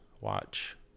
watch